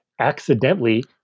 Accidentally